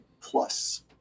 Plus